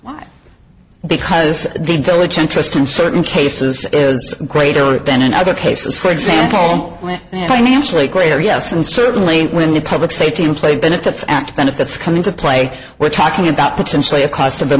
why because the village interest in certain cases is greater than in other cases for example when i financially greater yes and certainly when the public safety play benefits and benefits come into play we're talking about potentially a cost of a